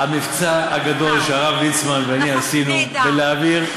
המבצע הגדול שהרב ליצמן ואני עשינו זה להעביר,